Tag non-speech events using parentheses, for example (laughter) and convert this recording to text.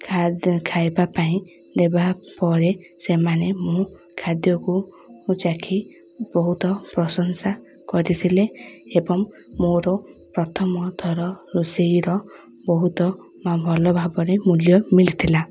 (unintelligible) ଖାଇବା ପାଇଁ ଦେବା ପରେ ସେମାନେ ମୁଁ ଖାଦ୍ୟକୁ ଚାଖି ବହୁତ ପ୍ରଶଂସା କରିଥିଲେ ଏବଂ ମୋର ପ୍ରଥମ ଥର ରୋଷେଇର ବହୁତ ଭଲ (unintelligible) ଭାବରେ ମୂଲ୍ୟ ମିଳିଥିଲା